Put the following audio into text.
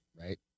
right